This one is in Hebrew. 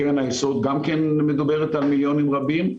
קרן היסוד גם כן מדברת על מיליונים רבים.